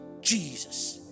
Jesus